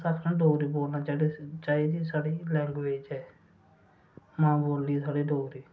अस आखने डोगरी बोलनी चाहिदी साढ़ी लैंग्वेज़ ऐ मां बोल्ली ऐ साढ़ी डोगरी